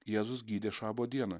jėzus gydė šabo dieną